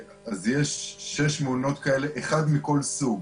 יש שש מעונות כאלה, אחד מכל סוג